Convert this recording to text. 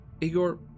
Igor